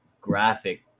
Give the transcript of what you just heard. graphic